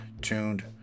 tuned